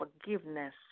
forgiveness